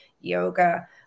yoga